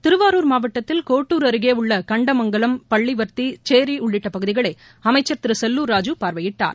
திருவாரூர் மாவட்டத்தில் கோட்டூர் அருகே உள்ள கண்டமங்கலம் பள்ளிவர்த்தி சேரி உள்ளிட்ட பகுதிகளை அமைச்சர் திரு செல்லூர் ராஜூ பார்வையிட்டார்